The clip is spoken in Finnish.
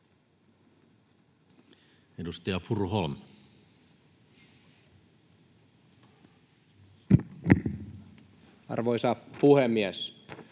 Edustaja Furuholm. Arvoisa puhemies!